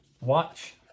watch